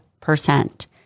percent